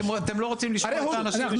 אתם לא רוצים לשמוע את האנשים?